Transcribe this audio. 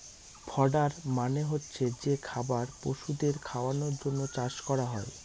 fodder মানে হচ্ছে যে খাবার পশুদের খাওয়ানোর জন্য চাষ করা হয়